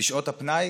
בשעות הפנאי